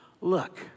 Look